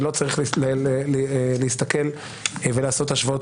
שלא צריך להסתכל ולעשות השוואות